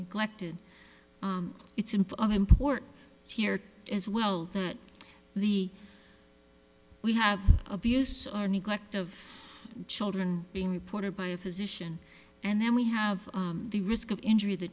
neglected it's an important here as well that the we have abuse or neglect of children being reported by a physician and then we have the risk of injury th